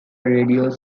radios